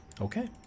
Okay